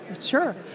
Sure